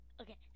Okay